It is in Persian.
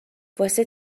واسه